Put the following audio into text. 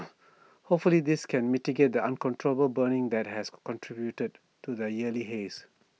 hopefully this can mitigate the uncontrollable burning that has contributed to the yearly haze